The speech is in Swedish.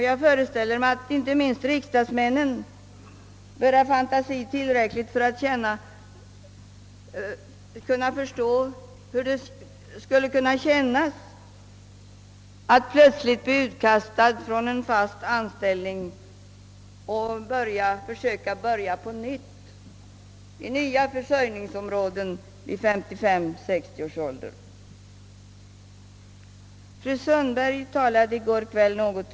Jag föreställer mig att inte minst riksdagsmännen bör ha tillräcklig fantasi för att kunna förstå hur det känns att plötsligt bli utkastad från en fast anställning och försöka börja om i nya försörjningsområden vid 535—560 års ålder.